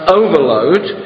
overload